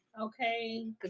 okay